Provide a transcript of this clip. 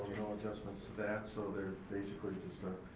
no adjustments to that. so they're basically just a